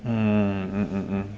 mm mm mm mm